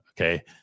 okay